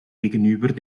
gegenüber